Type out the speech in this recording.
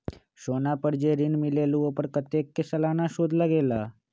सोना पर जे ऋन मिलेलु ओपर कतेक के सालाना सुद लगेल?